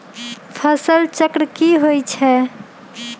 फसल चक्र की होई छै?